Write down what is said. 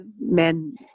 men